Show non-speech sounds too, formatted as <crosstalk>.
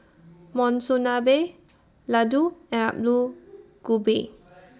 <noise> Monsunabe Ladoo and Alu Gobi